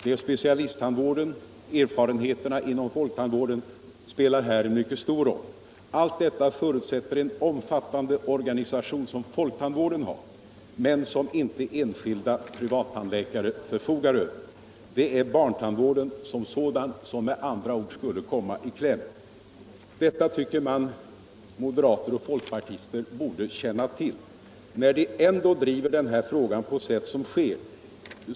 Det är specialisttandvårdens erfarenheter inom folktandvården som här spelar en stor roll. Alh detia förutsätter en omfattande organisation som folktandvården har men som inte enskilda privattandläkare förfogar över. Det är barntandvården som sådan som med andra ord skulle komma i kläm. Detta tycker man att moderater och folkpartister borde känna till. När de ändå driver den här frågan på det sätt som sker.